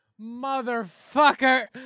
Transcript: Motherfucker